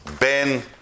Ben